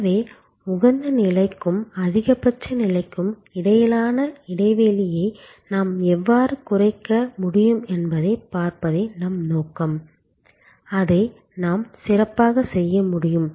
எனவே உகந்த நிலைக்கும் அதிகபட்ச நிலைக்கும் இடையிலான இடைவெளியை நாம் எவ்வாறு குறைக்க முடியும் என்பதைப் பார்ப்பதே நம் நோக்கம் அதை நாம் சிறப்பாகச் செய்ய முடியும்